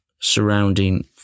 surrounding